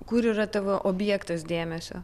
kur yra tavo objektas dėmesio